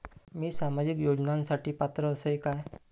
मी सामाजिक योजनांसाठी पात्र असय काय?